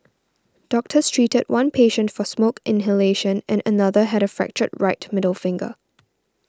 doctors treated one patient for smoke inhalation and another had a fractured right middle finger